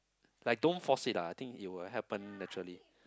like don't force it lah I think it will happen naturally